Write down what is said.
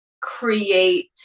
create